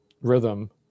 rhythm